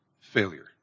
failure